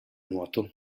nuoto